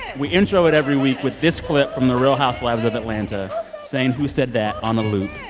and we intro it every week with this clip from the real housewives of atlanta saying, who said that, on a loop.